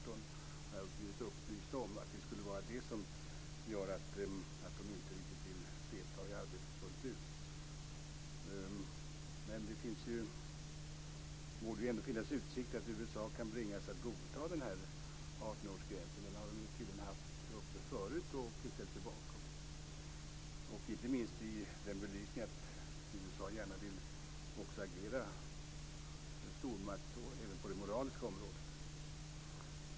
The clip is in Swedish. Jag har blivit upplyst om att det skulle vara detta som gör att USA inte riktigt vill delta i arbetet fullt ut. Men det borde ändå finnas utsikter att USA kan bringas att godta 18 årsgränsen. USA har ju tydligen ställt sig bakom den när den varit uppe förut. Inte minst gäller detta i belysningen av att USA gärna vill agera stormakt även på det moraliska området.